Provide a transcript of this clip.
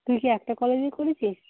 তুই কি একটা কলেজেই করেছিস